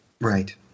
Right